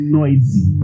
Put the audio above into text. noisy